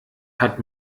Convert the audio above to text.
hat